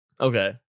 Okay